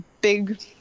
big